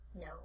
No